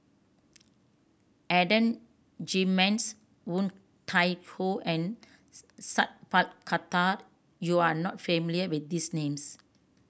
Adan Jimenez Woon Tai Ho and Sat Pal Khattar you are not familiar with these names